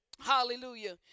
Hallelujah